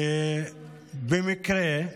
ובמקרה,